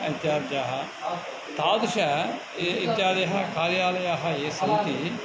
इत्याद्याः तादृश इत्यादयः कार्यालयाः ये सन्ति